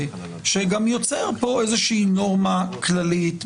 שגם יוצר פה איזושהי נורמה כללית במשק,